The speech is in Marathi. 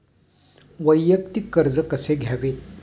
वैयक्तिक कर्ज कसे घ्यावे?